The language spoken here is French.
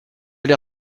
l’ai